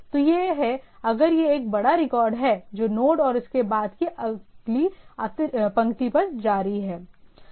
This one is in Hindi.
तो यह है अगर यह एक बड़ा रिकॉर्ड है जो नोड और इसके बाद की अगली पंक्ति पर जारी है